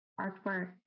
artwork